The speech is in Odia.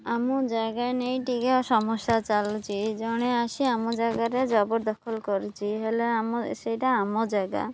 ଆମ ଜାଗା ନେଇ ଟିକେ ସମସ୍ୟା ଚାଲୁଛି ଜଣେ ଆସି ଆମ ଜାଗାରେ ଜବରଦଖଲ କରୁଛି ହେଲେ ଆମ ସେଇଟା ଆମ ଜାଗା